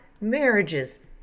marriages